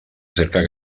cercar